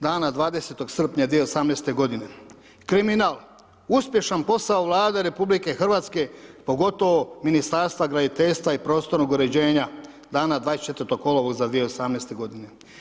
Dana 20. srpnja 2018. kriminal, uspješan posao Vlade RH pogotovo Ministarstva graditeljstva i prostornog uređenja, dana 24. kolovoza 2018. godine.